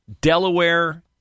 Delaware